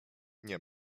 nie